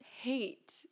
hate